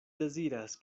deziras